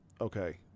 Okay